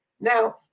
Now